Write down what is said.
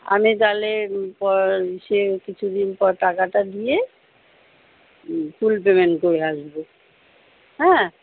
আমি তাহলে পর ইয়ে কিছু দিন পর টাকাটা দিয়ে ফুল পেমেন্ট করে আসবো হ্যাঁ